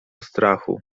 strachu